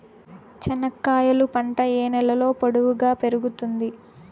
చెనక్కాయలు పంట ఏ నేలలో పొడువుగా పెరుగుతుంది?